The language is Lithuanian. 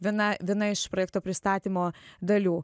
viena viena iš projekto pristatymo dalių